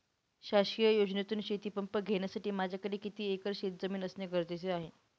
शासकीय योजनेतून शेतीपंप घेण्यासाठी माझ्याकडे किती एकर शेतजमीन असणे गरजेचे आहे?